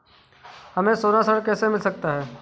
हमें सोना ऋण कैसे मिल सकता है?